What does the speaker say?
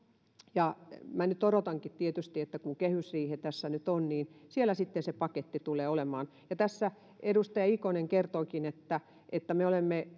ja nyt odotankin tietysti että kun kehysriihi tässä nyt on niin siellä sitten se paketti tulee olemaan tässä edustaja ikonen kertoikin että että me olemme